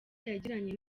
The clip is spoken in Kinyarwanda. yagiranye